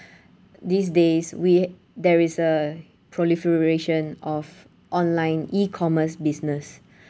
these days we there is a proliferation of online E-commerce business